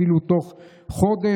אפילו תוך חודש,